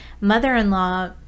mother-in-law